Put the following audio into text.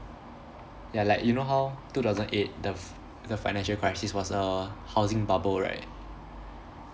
ya like you know how two thousand eight the f~ the financial crisis was err housing bubble right